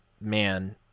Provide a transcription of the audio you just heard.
man